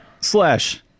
Slash